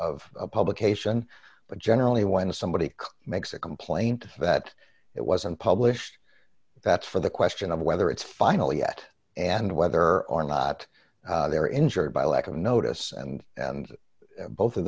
publication but generally when somebody makes a complaint that it wasn't published that's for the question of whether it's final yet and whether or not they're injured by lack of notice and both of